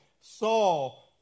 Saul